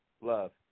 Love